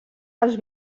als